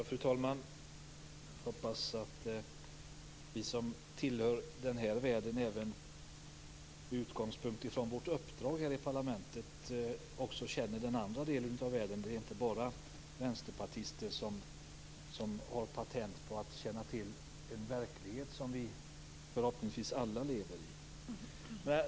Fru talman! Jag hoppas att vi som tillhör den här världen med utgångspunkt från vårt uppdrag här i parlamentet också känner till den andra delen av världen. Det är inte bara vänsterpartister som har patent på att känna till en verklighet som vi förhoppningsvis alla lever i.